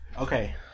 Okay